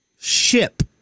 ship